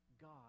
God